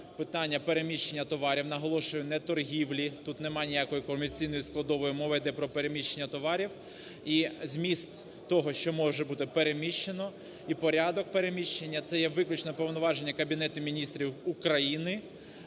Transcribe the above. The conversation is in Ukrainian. питання переміщення товарів, наголошую, не торгівлі, тут немає ніякої комерційної складової, мова йде про переміщення товарів. І зміст того, що може бути переміщено і порядок переміщення це є виключно повноваження Кабінету Міністрів України,